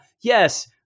yes